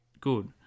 good